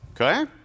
Okay